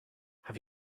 have